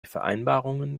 vereinbarungen